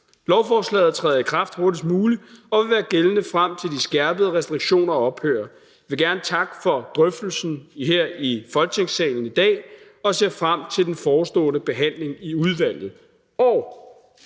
Lovforslaget træder i kraft hurtigst muligt og vil være gældende, frem til de skærpede restriktioner ophører. Jeg vil gerne takke for drøftelsen her i Folketingssalen i dag og ser frem til den forestående behandling i udvalget.